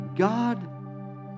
God